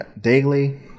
daily